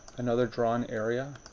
another drawn area.